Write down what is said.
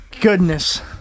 goodness